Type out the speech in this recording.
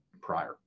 prior